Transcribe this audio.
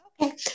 Okay